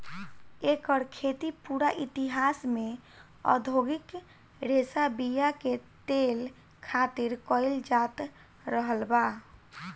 एकर खेती पूरा इतिहास में औधोगिक रेशा बीया के तेल खातिर कईल जात रहल बा